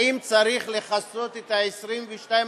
האם צריך לכסות את ה-22%?